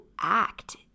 act